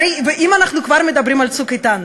ואם אנחנו כבר מדברים על "צוק איתן",